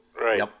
Right